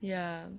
ya